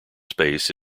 space